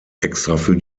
für